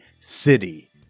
City